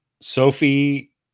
Sophie